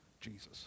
Jesus